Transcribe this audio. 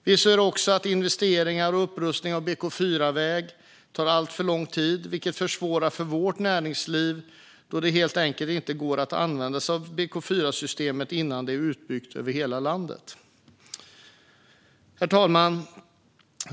Vi ser också att investeringar i och upprustningar av BK4-vägar tar alltför lång tid, vilket försvårar för vårt näringsliv då det helt enkelt inte går att använda sig av BK4-systemet innan det är utbyggt över hela landet. Herr talman!